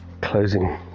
closing